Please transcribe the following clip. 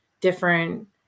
different